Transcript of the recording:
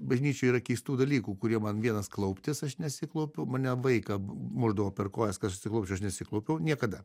bažnyčioj yra keistų dalykų kurie man vienas klauptis aš nesiklaupiu mane vaiką mušdavo per kojas kad aš atsiklaupčiau aš nesiklaupiau niekada